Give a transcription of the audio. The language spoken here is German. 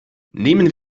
nehmen